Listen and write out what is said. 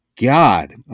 God